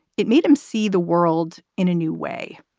it made him see the world in a new way.